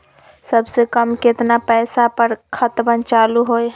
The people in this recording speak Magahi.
सबसे कम केतना पईसा पर खतवन चालु होई?